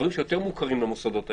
הדברים שיותר מוכרים למוסדות האלה,